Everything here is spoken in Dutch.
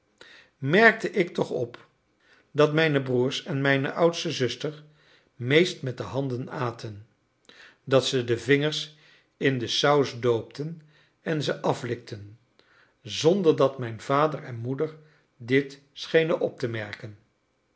merkte ik toch op dat mijn broers en mijne oudste zuster meest met de handen aten dat ze de vingers in de saus doopten en ze aflikten zonder dat mijn vader en moeder dit schenen op te merken